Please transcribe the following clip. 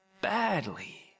badly